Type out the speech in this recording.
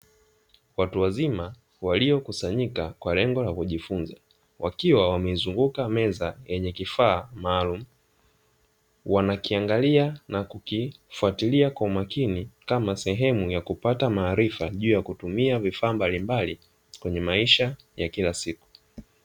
Watu wazima waliokusanyika kwa lengo la kujifunza wakiwa wamezunguka meza yenye kifaa maalumu wanakiangalia na kukifatilia kwa umakini kama sehemu ya kupata maarifa juu ya kutumia vifaa mbalimbali kwenye maisha ya kila siku.